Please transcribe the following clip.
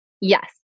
Yes